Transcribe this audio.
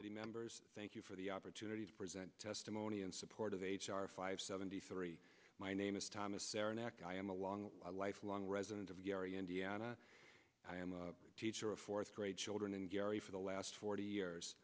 the members thank you for the opportunity to present testimony in support of h r five seventy three my name is thomas saranac i am a long lifelong resident of gary indiana i am a teacher of fourth grade children in gary for the last forty years